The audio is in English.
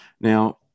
Now